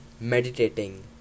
meditating